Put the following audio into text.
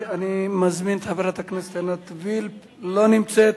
אני מזמין את חברת הכנסת עינת וילף, לא נמצאת.